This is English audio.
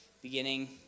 Beginning